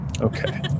Okay